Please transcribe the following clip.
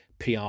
PR